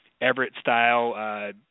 Everett-style